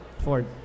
Ford